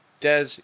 Des